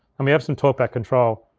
and we have some talkback control.